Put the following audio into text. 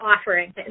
offering